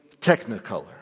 technicolor